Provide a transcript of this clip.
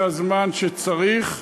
זה הזמן שצריך.